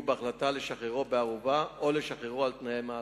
בהחלטה לשחררו בערובה או לשחררו על-תנאי ממאסר.